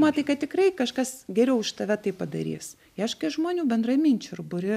matai kad tikrai kažkas geriau už tave tai padarys ieškai žmonių bendraminčių ir buri